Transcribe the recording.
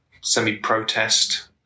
semi-protest